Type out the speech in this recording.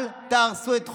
אל תהרסו את חומש,